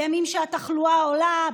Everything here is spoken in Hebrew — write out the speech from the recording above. בימים שהתחלואה עולה,